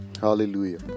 hallelujah